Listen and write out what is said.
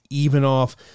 Evenoff